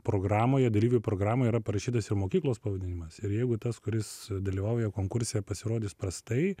programoje dalyvių programoje yra parašytas ir mokyklos pavadinimas ir jeigu tas kuris dalyvauja konkurse pasirodys prastai